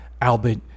Albert